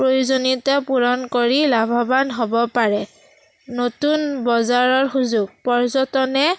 প্ৰয়োজনীয়তা পূৰণ কৰি লাভৱান হ'ব পাৰে নতুন বজাৰৰ সুযোগ পৰ্যটনে